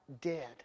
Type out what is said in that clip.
dead